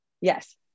yes